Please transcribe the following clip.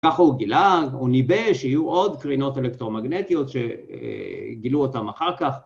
‫וככה הוא גילה, הוא ניבא ‫שיהיו עוד קרינות אלקטרומגנטיות ‫שגילו אותן אחר כך.